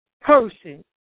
person